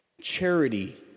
charity